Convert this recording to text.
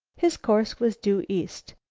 his course was due east.